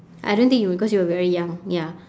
I don't think you know cause you were very young ya